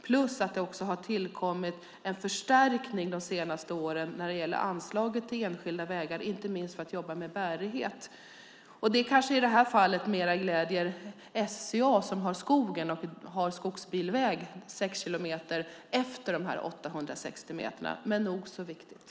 Dessutom har det tillkommit en förstärkning de senaste åren i anslaget till enskilda vägar, inte minst för att jobba med bärighet. Det kanske i det här fallet mest gläder SCA som har skogsbilväg 6 kilometer efter de 860 meterna, men nog så viktigt.